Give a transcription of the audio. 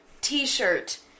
T-shirt